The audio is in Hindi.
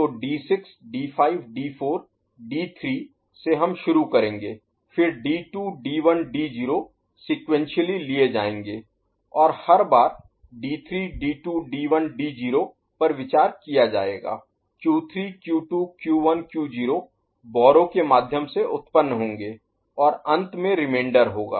तो D6 D5 D4D3 से हम शुरू करेंगे फिर D2 D1 D0 सीक्वेंशियली लिए जायेंगे और हर बार d3 d2 d1 d0 पर विचार किया जाएगा q3 q2 q1 q0 borrow के माध्यम से उत्पन्न होंगे और अंत में रिमेंडर होगा